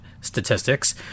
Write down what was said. statistics